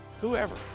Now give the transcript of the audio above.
whoever